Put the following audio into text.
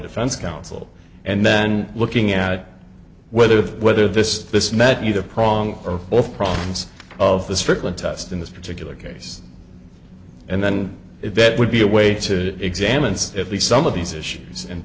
defense counsel and then looking at whether whether this this met you the prong or both problems of the strickland test in this particular case and then if that would be a way to examines at least some of these issues and